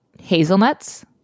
hazelnuts